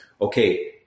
okay